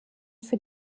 für